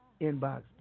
inbox